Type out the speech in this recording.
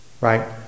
Right